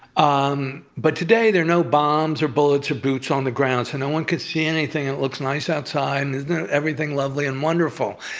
um but today, there are no bombs or bullets or boots on the ground, so no one could see anything. it looks nice outside, and everything lovely and wonderful.